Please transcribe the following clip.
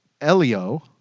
Elio